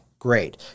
Great